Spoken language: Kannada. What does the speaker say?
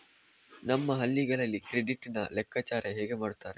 ನಮ್ಮ ಹಳ್ಳಿಗಳಲ್ಲಿ ಕ್ರೆಡಿಟ್ ನ ಲೆಕ್ಕಾಚಾರ ಹೇಗೆ ಮಾಡುತ್ತಾರೆ?